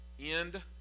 End